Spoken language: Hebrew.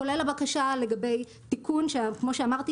כולל הבקשה לגבי תיקון כמו שאמרתי,